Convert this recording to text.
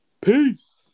Peace